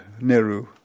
Nehru